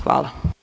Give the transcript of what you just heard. Hvala.